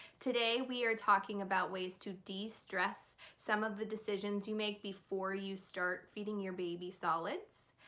today we are talking about ways to de-stress some of the decisions you make before you start feeding your baby solids.